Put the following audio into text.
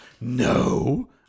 No